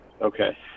Okay